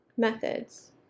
Methods